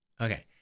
Okay